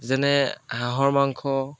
যেনে হাঁহৰ মাংস